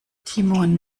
timon